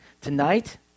Tonight